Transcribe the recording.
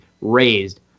raised